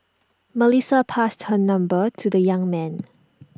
Melissa passed her number to the young man